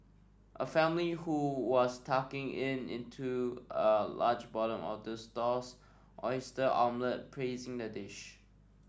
a family who was tucking in into a large portion of the stall's oyster omelette praised the dish